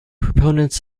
proponents